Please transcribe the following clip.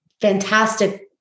fantastic